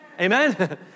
Amen